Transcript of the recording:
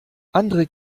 andere